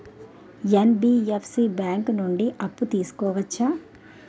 NBFC bank నుండి అప్పు తీసుకోవచ్చా?